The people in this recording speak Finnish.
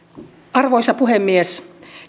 arvoisa puhemies